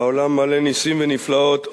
העולם מלא נסים ונפלאות,